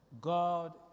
God